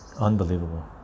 Unbelievable